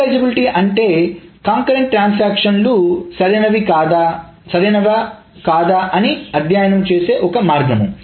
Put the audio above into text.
serialisability అంటే ఏకకాలిక transaction లు సరి అయినవ కాదా అని అధ్యయనం చేసే ఒక మార్గం